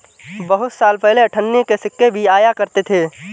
बहुत साल पहले अठन्नी के सिक्के भी आया करते थे